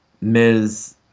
Ms